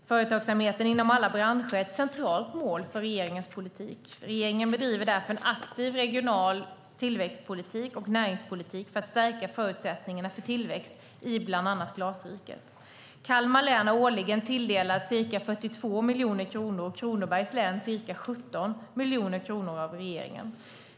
Företagsamhet inom alla branscher är ett centralt mål för regeringens politik. Regeringen bedriver därför en aktiv regional tillväxtpolitik och näringspolitik för att stärka förutsättningarna för tillväxt i bland annat Glasriket. Kalmar län har årligen tilldelats ca 42 miljoner kronor och Kronobergs län ca 17 miljoner kronor av regeringen.